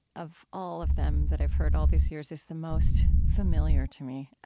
of all of them that i've heard all these years, is the most familiar to me